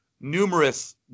numerous